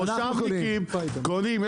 המושבניקים קונים.